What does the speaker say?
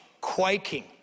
quaking